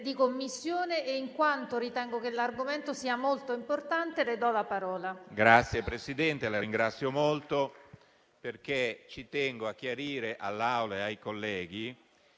Presidente, la ringrazio molto. Ci tengo a chiarire all'Aula e ai colleghi